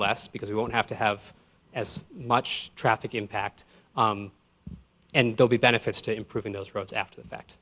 less because we won't have to have as much traffic impact and they'll be benefits to improving those roads after the fact